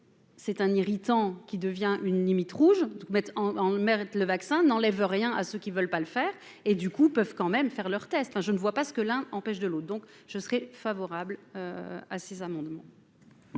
C'est un irritant qui devient une limite rouge donc mettre en en le maire et le vaccin n'enlève rien à ceux qui veulent pas le faire, et du coup peuvent quand même faire leur tests hein, je ne vois pas ce que l'un empêche de l'eau, donc je serais favorable à ces amendements.